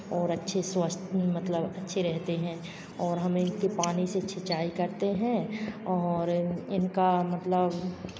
और अच्छे स्वस्थ मतलब अच्छे रहते हैं और हम इनके पानी से सिंचाई करते हैं और इनका मतलब